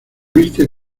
viste